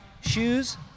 Shoes